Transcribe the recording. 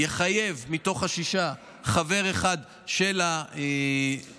יחייב מתוך השישה חבר אחד של האופוזיציה,